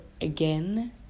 again